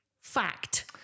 Fact